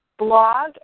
blog